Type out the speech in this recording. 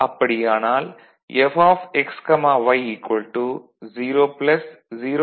அப்படியானால் Fxy 0 0'